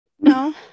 no